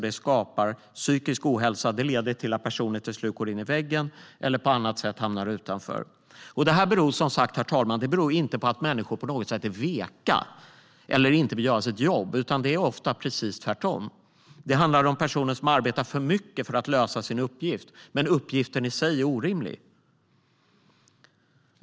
Det skapar psykisk ohälsa, vilket leder till att personer till slut går in i väggen eller på annat sätt hamnar utanför. Herr talman! Detta beror inte på att människor är veka eller inte vill göra sitt jobb. Det är ofta precis tvärtom. Det handlar om personer som arbetar för mycket för att lösa sin uppgift medan uppgiften i sig är orimlig.